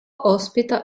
ospita